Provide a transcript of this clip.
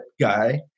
guy